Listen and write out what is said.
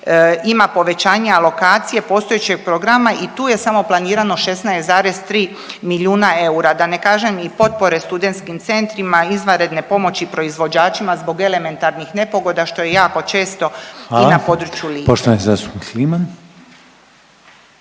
ima povećanje alokacije postojećeg programa i tu je samo planirano 16,3 milijuna eura, da ne kažem i potpore studentskim centrima, izvanredne pomoći proizvođačima zbog elementarnih nepogoda što je jako često i na području Like.